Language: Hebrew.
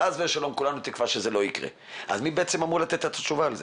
חס ושלום וכולנו תקווה שזה לא יקרה מי אמור לתת את התשובה על זה?